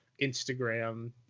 Instagram